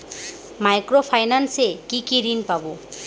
Micro finance এ কি কি ঋণ পাবো?